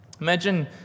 Imagine